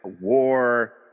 war